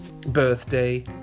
birthday